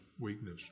weakness